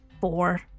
Four